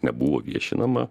nebuvo viešinama